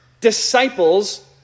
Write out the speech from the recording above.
Disciples